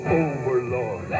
overlord